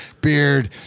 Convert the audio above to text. beard